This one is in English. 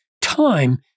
time